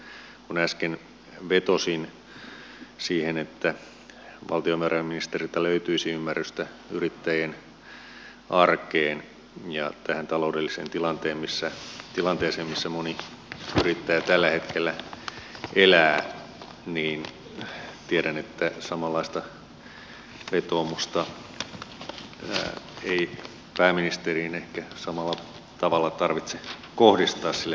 kun äsken vetosin siihen että valtiovarainministeriltä löytyisi ymmärrystä yrittäjien arkeen ja tähän taloudelliseen tilanteeseen missä moni yrittäjä tällä hetkellä elää niin tiedän että samanlaista vetoomusta ei pääministeriin ehkä samalla tavalla tarvitse kohdistaa sillä tiedän että häneltä sitä ymmärrystä löytyy